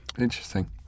Interesting